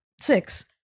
six